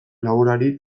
laborari